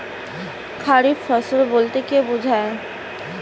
খারিফ ফসল বলতে কী বোঝায়?